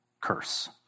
curse